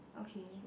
okay